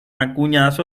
acuñadas